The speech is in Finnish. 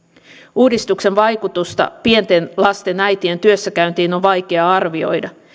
uudistuksen vaikutusta pienten lasten äitien työssäkäyntiin on vaikea arvioida